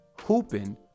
hooping